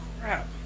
crap